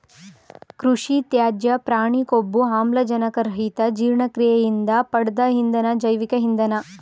ಕೃಷಿತ್ಯಾಜ್ಯ ಪ್ರಾಣಿಕೊಬ್ಬು ಆಮ್ಲಜನಕರಹಿತಜೀರ್ಣಕ್ರಿಯೆಯಿಂದ ಪಡ್ದ ಇಂಧನ ಜೈವಿಕ ಇಂಧನ